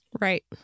Right